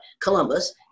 Columbus